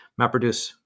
MapReduce